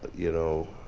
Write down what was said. you know,